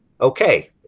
Okay